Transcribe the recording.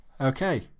Okay